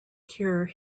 cure